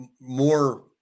more